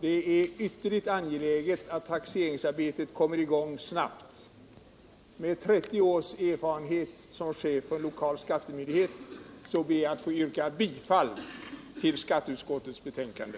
Det är ytterligt angeläget att taxeringsarbetet kommer i gång snabbt. Med 30 års erfarenhet som chef för en lokal skattemyndighet ber jag att få yrka bifall till hemställan i skatteutskottets betänkande.